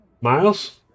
Miles